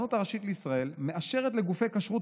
הרבנות הראשית לישראל מאשרת לגופי כשרות